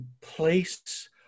place